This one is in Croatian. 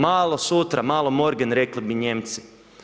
Malo sutra, malo morgen rekli bi Nijemci.